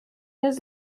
his